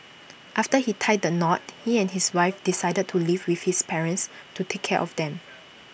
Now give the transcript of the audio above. after he tied the knot he and his wife decided to live with his parents to take care of them